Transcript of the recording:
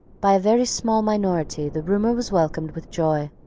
by a very small minority the rumour was welcomed with joy.